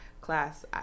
class